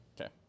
okay